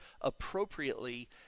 appropriately